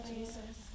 Jesus